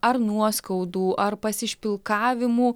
ar nuoskaudų ar pasišpilkavimų